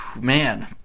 Man